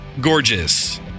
gorgeous